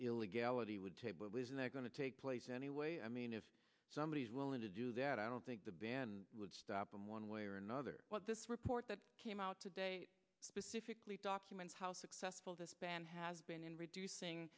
illegality would listen they're going to take place anyway i mean if somebody is willing to do that i don't think the ban would stop them one way or another what this report that came out today specifically documents how successful this ban has been in reducing